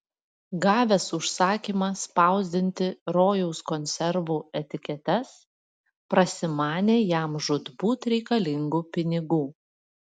gavęs užsakymą spausdinti rojaus konservų etiketes prasimanė jam žūtbūt reikalingų pinigų